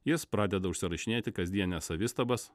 jis pradeda užsirašinėti kasdienes savistabas